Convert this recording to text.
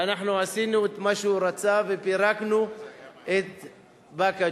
ואנחנו עשינו את מה שהוא רצה ופירקנו את באקה-ג'ת,